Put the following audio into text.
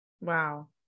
Wow